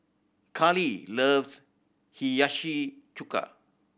Kalie loves Hiyashi Chuka